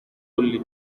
کلّی